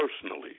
personally